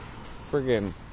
Friggin